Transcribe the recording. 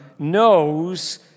knows